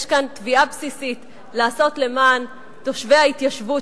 יש כאן תביעה בסיסית לעשות למען תושבי ההתיישבות,